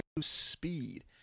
speed